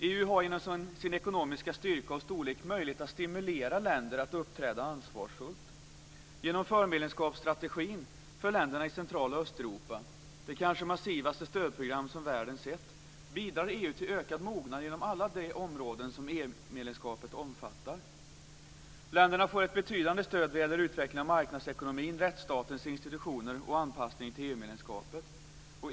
EU har genom sin ekonomiska styrka och storlek möjlighet att stimulera länder att uppträda ansvarsfullt. Genom förmedlemskapsstrategin för länderna i Central och Östeuropa - det kanske massivaste stödprogram som världen sett - bidrar EU till ökad mognad inom alla de områden som EU-medlemskapet omfattar. Länderna får ett betydande stöd när det gäller utveckling av marknadsekonomi, rättsstatens institutioner och anpassning till EU-medlemskapet.